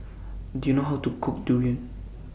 Do YOU know How to Cook Durian